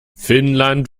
finnland